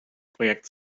projekt